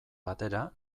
batera